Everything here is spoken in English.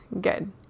Good